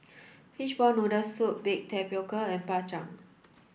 fishball noodle soup baked tapioca and Bak Chang